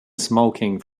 smoking